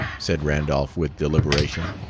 said randolph, with deliberation.